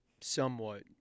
somewhat